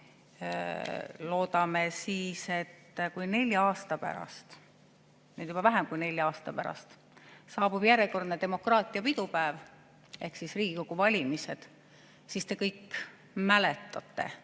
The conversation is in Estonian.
Loodame siis, et kui nelja aasta pärast – nüüd juba vähem kui nelja aasta pärast – saabub järjekordne demokraatia pidupäev ehk Riigikogu valimised, siis te kõik mäletate